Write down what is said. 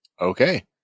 Okay